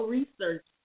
research